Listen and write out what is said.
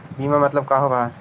बीमा मतलब का होव हइ?